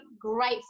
great